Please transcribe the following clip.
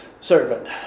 servant